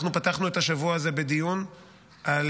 אנחנו פתחנו את השבוע הזה בדיון על